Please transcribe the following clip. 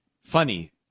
funny